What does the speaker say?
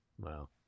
Wow